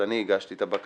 אז אני הגשתי את הבקשה.